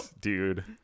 Dude